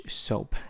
soap